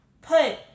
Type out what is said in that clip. put